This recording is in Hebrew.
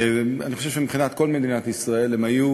אני חושב שמבחינת כל מדינת ישראל הם היו